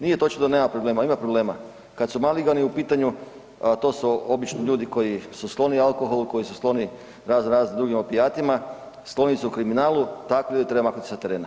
Nije točno da nema problema, ima problema, kad su Maligani u pitanju, to su obično ljudi koji su skloni alkoholu, koji su skloni raznorazni drugim opijatima, skloni su kriminalu, takve ljude treba maknut sa terena.